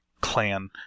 clan